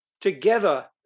together